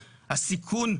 הסיכון,